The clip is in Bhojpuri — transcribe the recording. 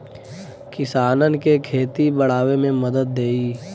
किसानन के खेती बड़ावे मे मदद देई